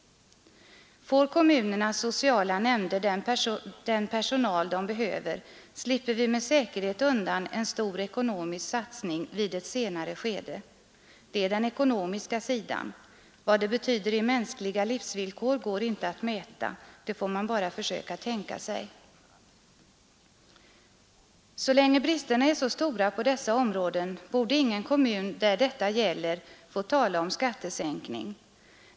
Får kommunernas sociala nämnder den personal de behöver, slipper vi med säkerhet undan en stor ekonomisk satsning i ett senare skede. Det är den ekonomiska sidan. Vad det betyder i mänskliga livsvillkor går inte att mäta — det får man bara försöka tänka sig. Så länge bristerna är så stora på dessa områden borde ingen kommun där detta gäller få tala om skattesänkning.